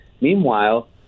Meanwhile